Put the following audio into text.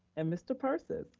and mr. persis.